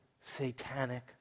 satanic